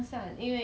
february